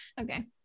okay